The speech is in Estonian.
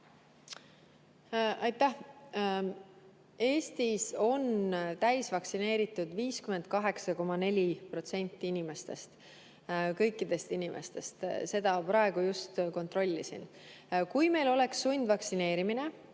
Aitäh! Eestis on täisvaktsineeritud 58,4% kõikidest inimestest, ma praegu just kontrollisin. Kui meil oleks sundvaktsineerimine,